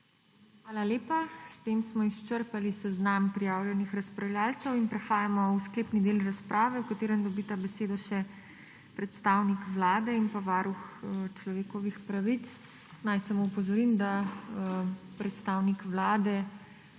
Hvala lepa. S tem smo izčrpali seznam prijavljenih razpravljavcev in prehajamo v sklepni del razprave, v katerem dobita besedo še predstavnik Vlade in pa Varuh človekovih pravic. Naj samo opozorim, da predstavnik Vlade,